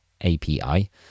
API